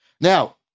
Now